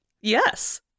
yes